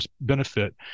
benefit